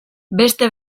beste